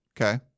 Okay